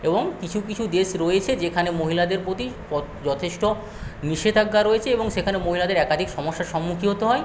এবং কিছু কিছু দেশ রয়েছে যেখানে মহিলাদের প্রতি যথেষ্ট নিষেধাজ্ঞা রয়েছে এবং সেখানে মহিলাদের একাধিক সমস্যার সম্মুখীন হতে হয়